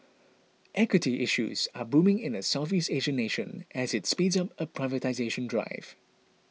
equity issues are booming in the Southeast Asian nation as it speeds up a privatisation drive